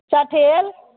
चठेल